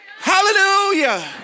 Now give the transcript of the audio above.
Hallelujah